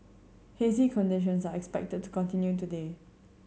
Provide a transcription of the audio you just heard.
hazy conditions are expected to continue today